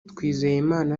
twizeyimana